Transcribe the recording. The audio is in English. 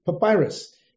papyrus